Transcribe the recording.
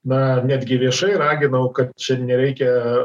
na netgi viešai raginau kad čia nereikia